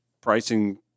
pricing